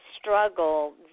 struggle